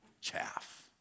chaff